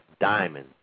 Diamond